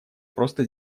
просто